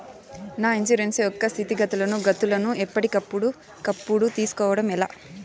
నా ఇన్సూరెన్సు యొక్క స్థితిగతులను గతులను ఎప్పటికప్పుడు కప్పుడు తెలుస్కోవడం ఎలా?